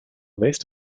west